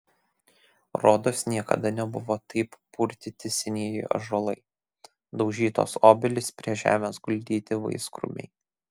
rodos niekada nebuvo taip purtyti senieji ąžuolai daužytos obelys prie žemės guldyti vaiskrūmiai